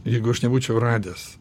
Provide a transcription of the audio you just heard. jeigu aš nebūčiau radęs